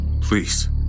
Please